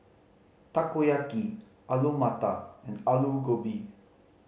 Takoyaki Alu Matar and Alu Gobi